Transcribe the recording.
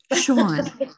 Sean